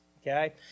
okay